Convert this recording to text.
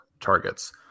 Targets